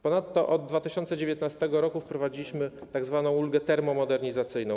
Ponadto od 2019 r. wprowadziliśmy tzw. ulgę termomodernizacyjną.